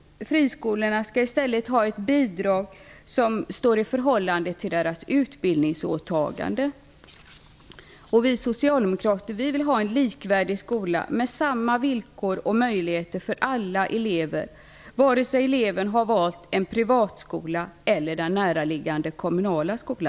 Friskolorna borde i stället ha ett bidrag som står i förhållande till deras utbildningsåtagande. Vi socialdemokrater vill ha en likvärdig skola med samma villkor och möjligheter för alla elever, vare sig eleven har valt en privatskola eller en näraliggande kommunal skola.